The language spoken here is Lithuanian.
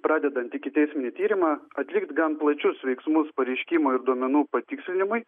pradedant ikiteisminį tyrimą atlikti gan plačius veiksmus pareiškimo ir duomenų patikslinimui